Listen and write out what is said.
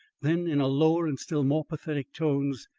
then, in lower and still more pathetic tones,